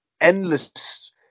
endless